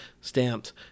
stamped